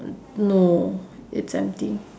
no it's empty